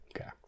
okay